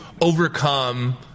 overcome